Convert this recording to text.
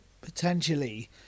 Potentially